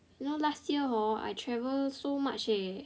you know last year hor I travel so much eh